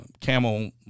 camel